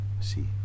see